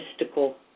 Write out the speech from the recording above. mystical